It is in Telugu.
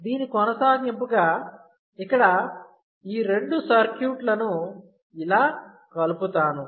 దీన్ని కొనసాగింపుగా ఇక్కడ ఈ రెండు సర్క్యూట్లను ఇలా కలుపుతాను